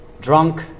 drunk